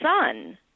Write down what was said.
son